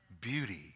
beauty